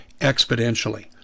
exponentially